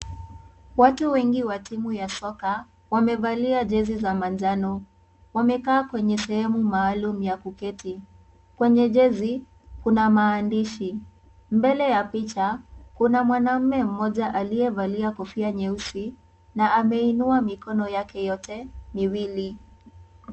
Watu wengi wa timu ya soka wamevalia jezi za manjano wamekaa kwenye sehemu maalum ya kuketi, kwenye jezi kuna maandishi, mele ya picha kuna mwanaume mmoja aliyevalia kofia nyeusi na ameinua mikono yake yote miwili.